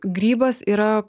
grybas yra